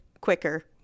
quicker